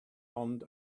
ond